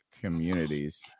communities